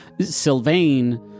Sylvain